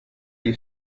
gli